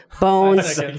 bones